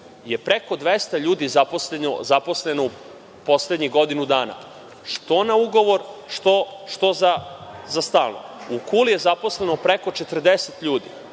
je preko 200 ljudi zaposleno u poslednjih godinu dana, što na ugovor, što za stalno. U Kuli je zaposleno preko 40 ljudi,